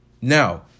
Now